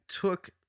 took